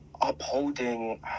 upholding